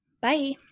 Bye